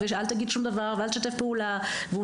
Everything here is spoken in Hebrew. אל תגיד שום דבר ואל תשתף פעולה" והוא